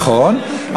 נכון,